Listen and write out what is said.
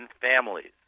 families